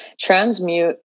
transmute